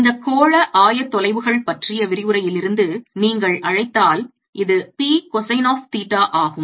இந்த கோள ஆயத்தொலைவுகள் பற்றிய விரிவுரையிலிருந்து நீங்கள் அழைத்தால் இது p cosine of தீட்டா ஆகும்